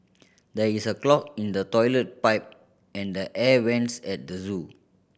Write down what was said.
there is a clog in the toilet pipe and the air vents at the zoo